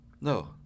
No